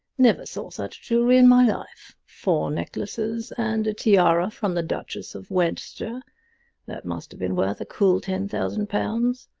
never saw such jewelry in my life! four necklaces and a tiara from the duchess of westshire that must have been worth a cool ten thousand pounds.